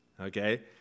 okay